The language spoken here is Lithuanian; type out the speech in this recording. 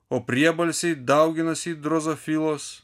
o priebalsiai dauginasi it drozofilos